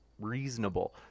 reasonable